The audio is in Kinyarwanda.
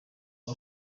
aba